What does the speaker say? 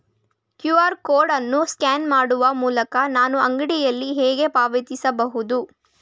QR code ಅನ್ನು scan ಮಾಡುವ ಮೂಲಕ ನಾನು ಅಂಗಡಿಯಲ್ಲಿ ಹೇಗೆ ಪಾವತಿಸಬಹುದು?